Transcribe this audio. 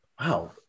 wow